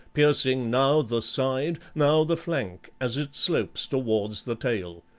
piercing now the side, now the flank, as it slopes towards the tail.